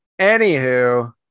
anywho